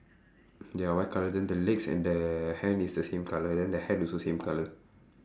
ya white colour then the legs and the hand is the same colour then the hat also same colour